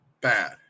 bad